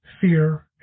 fear